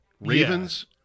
Ravens